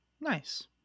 Nice